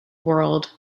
world